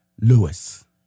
Lewis